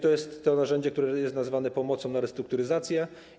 To jest to narzędzie, które jest nazywane pomocą na restrukturyzację.